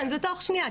זה תוך שנייה,